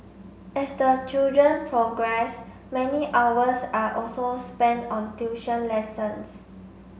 as the children progress many hours are also spent on tuition lessons